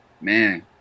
man